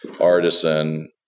artisan